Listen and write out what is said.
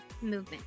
movement